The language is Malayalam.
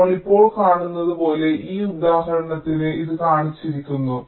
നമ്മൾ ഇപ്പോൾ കാണുന്നതുപോലെ ഈ ഉദാഹരണത്തിൽ ഇത് കാണിച്ചിരിക്കുന്നു